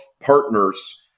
partners